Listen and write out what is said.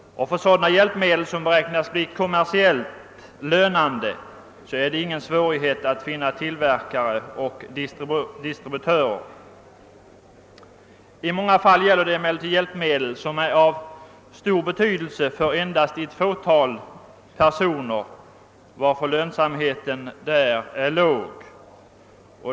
För sådana hjälpmedel, som beräknas bli kommersiellt lönande, är det ingen svårighet att finna tillverkare och distributörer. I många fall gäller det emellertid hjälpmedel som är av stor betydelse för endast ett fåtal personer, varför lönsamheten därvidlag är låg.